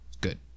Good